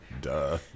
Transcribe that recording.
Duh